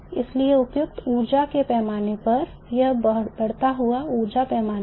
इसलिए उपयुक्त ऊर्जा के पैमाने पर यह बढ़ता हुआ ऊर्जा पैमाना E है